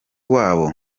wabo